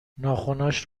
ناخنهاش